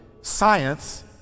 Science